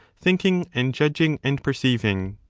thinking and judging and perceiving.